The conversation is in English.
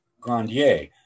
Grandier